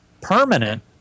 permanent